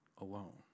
alone